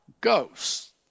ghosts